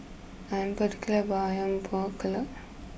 I'm particular about Ayam Buah Keluak